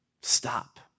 stop